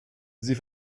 sie